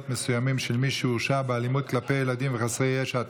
מסוימים של מי שהורשע באלימות כלפי ילדים וחסרי ישע,